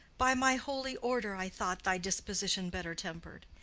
by my holy order, i thought thy disposition better temper'd.